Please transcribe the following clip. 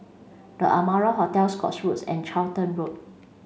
the Amara Hotel Scotts Road and Charlton Road